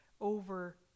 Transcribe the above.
over